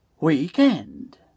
Weekend